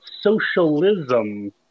socialism